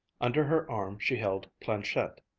under her arm she held planchette.